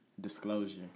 Disclosure